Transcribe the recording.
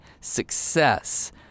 success